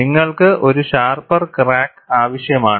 നിങ്ങൾക്ക് ഒരു sharper crack ആവശ്യമാണ്